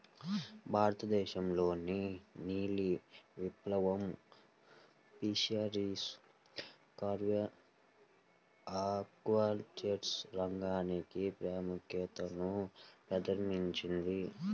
భారతదేశంలోని నీలి విప్లవం ఫిషరీస్ ఆక్వాకల్చర్ రంగానికి ప్రాముఖ్యతను ప్రదర్శించింది